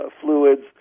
fluids